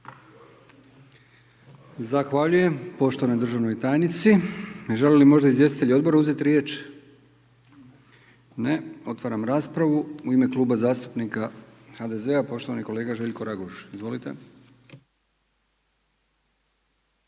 Zahvaljujem poštovanoj državnoj tajnici. Žele li možda izvjestitelji odbora uzeti riječ? Ne. Otvaram raspravu. U ime Kluba zastupnika HDZ-a poštovani kolega Željko Raguž. Izvolite.